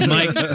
Mike